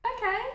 Okay